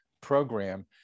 program